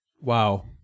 Wow